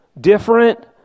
different